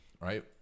right